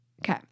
Okay